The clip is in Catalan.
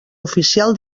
oficial